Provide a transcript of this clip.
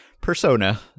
Persona